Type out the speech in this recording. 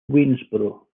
waynesboro